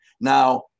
Now